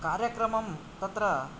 कार्यक्रमम् तत्र